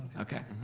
okay.